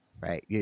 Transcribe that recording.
Right